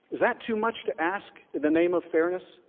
is that too much to ask the name of fairness